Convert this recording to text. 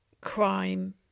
crime